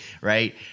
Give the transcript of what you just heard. right